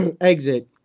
exit